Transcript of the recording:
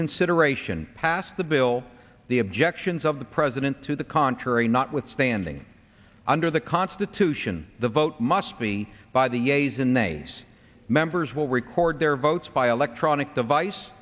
reconsideration pass the bill the objections of the president to the contrary notwithstanding under the constitution the vote must be by the a's and nays members will record their votes by electronic device